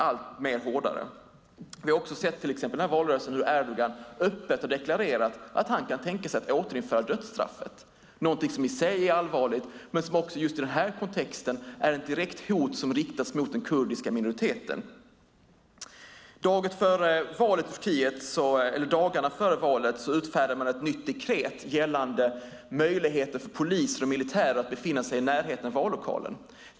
Vi har också i den här valrörelsen sett exempel på hur Erdogan öppet har deklarerat att han kan tänka sig att återinföra dödsstraffet, någonting som i sig är allvarligt men som just i den här kontexten är ett direkt hot som riktas mot den kurdiska minoriteten. Dagarna före valet utfärdade man ett nytt dekret gällande möjligheter för poliser och militärer att befinna sig i närheten av vallokaler.